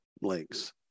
links